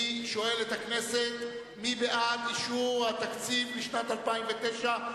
אני שואל את הכנסת: מי בעד אישור התקציב לשנת 2009?